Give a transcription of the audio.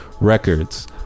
records